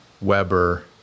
Weber